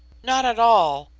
not at all.